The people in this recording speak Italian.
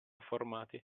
formati